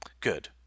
Good